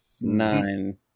Nine